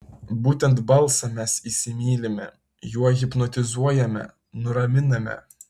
būtent balsą mes įsimylime juo hipnotizuojame nuraminame